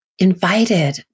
Invited